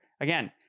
Again